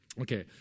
Okay